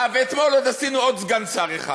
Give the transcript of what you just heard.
ואתמול עוד עשינו עוד סגן שר אחד,